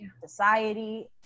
society